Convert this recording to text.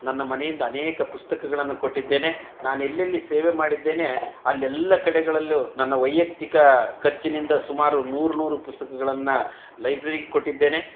ನನ್ನ ಮನೆಯಿಂದ ಅನೇಕ ಪುಸ್ತಕಗಳನ್ನು ಕೊಟ್ಟಿದ್ದೇನೆ ನಾನು ಎಲ್ಲೆಲ್ಲಿ ಸೇವೆ ಮಾಡಿದ್ದೇನೆ ಅಲ್ಲೆಲ್ಲ ಕಡೆಗಳಲ್ಲೂ ನನ್ನ ವೈಯಕ್ತಿಕ ಖರ್ಚಿನಿಂದ ಸುಮಾರು ನೂರು ನೂರು ಪುಸ್ತಕಗಳನ್ನು ಲೈಬ್ರೆರಿಗೆ ಕೊಟ್ಟಿದ್ದೇನೆ